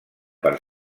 per